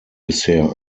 bisher